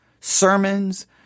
sermons